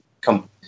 come